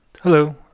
Hello